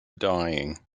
dying